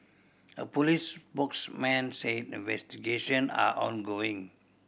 a police spokesman said investigation are ongoing